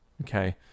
Okay